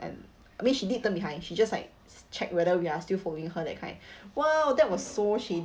and I mean she did turn behind she just like check whether we are still following her that kind !wow! that was so shady